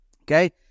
okay